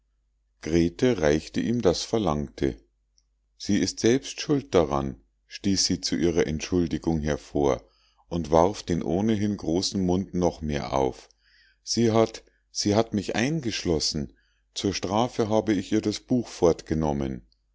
grete reichte ihm das verlangte sie ist selbst schuld daran stieß sie zu ihrer entschuldigung hervor und warf den ohnehin großen mund noch mehr auf sie hat sie hat mich eingeschlossen zur strafe habe ich ihr das buch fortgenommen